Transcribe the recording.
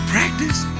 Practice